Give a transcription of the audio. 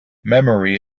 memory